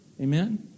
Amen